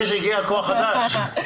הגיע כוח חדש.